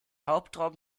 hauptraum